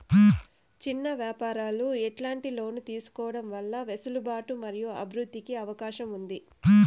చిన్న వ్యాపారాలు ఎట్లాంటి లోన్లు తీసుకోవడం వల్ల వెసులుబాటు మరియు అభివృద్ధి కి అవకాశం ఉంది?